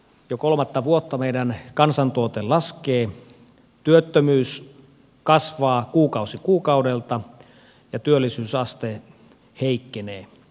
jo kolmatta vuotta meidän kansantuotteemme laskee työttömyys kasvaa kuukausi kuukaudelta ja työllisyysaste heikkenee